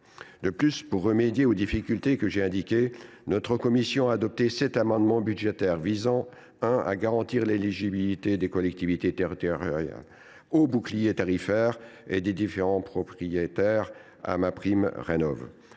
ailleurs, pour remédier aux difficultés que j’ai indiquées, notre commission a adopté sept amendements budgétaires visant à garantir l’éligibilité des collectivités territoriales au bouclier tarifaire et des différents propriétaires à MaPrimeRénov’